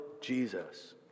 Jesus